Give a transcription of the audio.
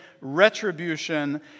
retribution